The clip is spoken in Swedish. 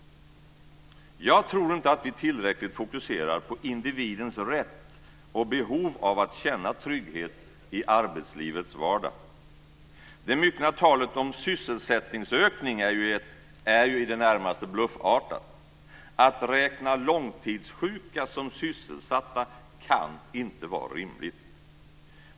Jag tror inte att vi tillräckligt fokuserar på individens rätt och behov av att känna trygghet i arbetslivets vardag. Det myckna talet om sysselsättningsökning är ju i det närmaste bluffartat. Att räkna långtidssjuka som sysselsatta kan inte vara rimligt.